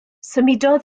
symudodd